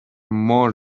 more